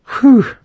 Whew